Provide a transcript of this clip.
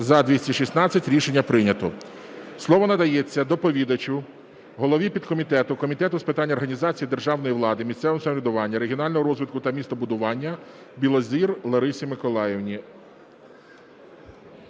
За-216 Рішення прийнято. Слово надається доповідачу голові підкомітету Комітету з питань організації державної влади, місцевого самоврядування, регіонального розвитку та містобудування Білозір Ларисі Миколаївні.